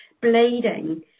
bleeding